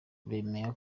bemeye